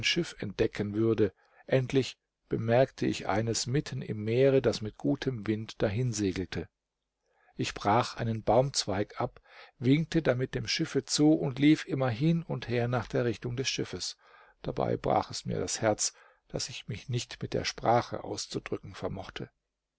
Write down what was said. schiff entdecken würde endlich bemerkte ich eines mitten im meere das mit gutem wind dahinsegelte ich brach einen baumzweig ab winkte damit dem schiffe zu und lief immer hin und her nach der richtung des schiffes dabei brach es mir das herz daß ich mich nicht mit der sprache auszudrücken vermochte